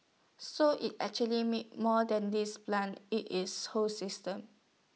so it's actually make more than these plans IT is whole system